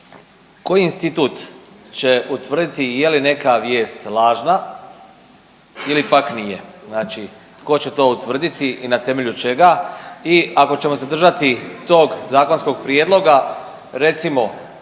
koji institut će utvrditi je li neka vijest lažna ili pak nije, znači tko će to utvrditi i na temelju čega i ako ćemo se držati tog zakonskog prijedloga, recimo